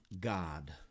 God